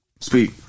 Speak